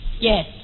Yes